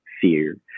fear